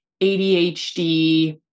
ADHD